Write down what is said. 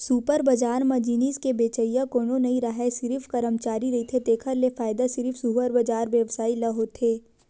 super बजार म जिनिस के बेचइया कोनो नइ राहय सिरिफ करमचारी रहिथे तेखर ले फायदा सिरिफ सुपर बजार के बेवसायी ल होथे